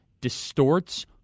distorts